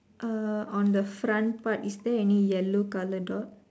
uh on the front part is there any yellow colour dot